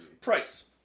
Price